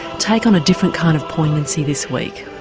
take on a different kind of poignancy this week?